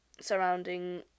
surrounding